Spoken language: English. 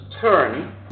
turn